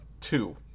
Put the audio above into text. two